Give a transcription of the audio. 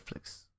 Netflix